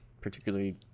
particularly